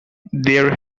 there